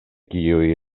kiuj